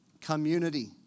community